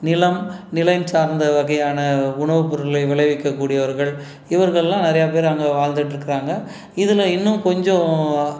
நிலம் நிலம் சார்ந்த வகையான உணவுப்பொருட்களை விளைவிக்கக்கூடியவர்கள் இவர்கள்லெலாம் நிறையா பேர் அங்கே வாழ்ந்துகிட்ருக்கறாங்க இதில் இன்னும் கொஞ்சம்